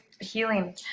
healing